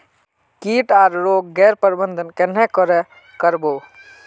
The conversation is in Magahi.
किट आर रोग गैर प्रबंधन कन्हे करे कर बो?